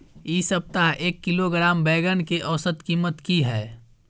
इ सप्ताह एक किलोग्राम बैंगन के औसत कीमत की हय?